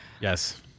Yes